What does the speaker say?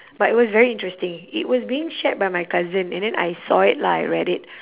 but it was very interesting it was being shared by my cousin and then I saw it lah I read it